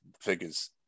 figures